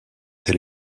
elle